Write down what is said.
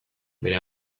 bere